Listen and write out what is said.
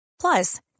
Plus